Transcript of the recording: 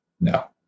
no